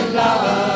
love